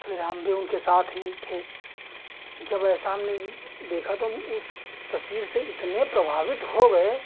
फिर हम भी उनके साथ ही थे जब ऐसा हमने देखा तो उस तस्वीर से इतने प्रभावित हो गए